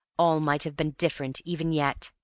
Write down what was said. all might have been different even yet.